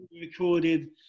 recorded